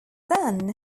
then